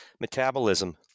metabolism